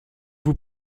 vous